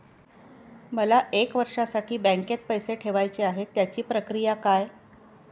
मला एक वर्षासाठी बँकेत पैसे ठेवायचे आहेत त्याची प्रक्रिया काय?